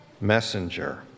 messenger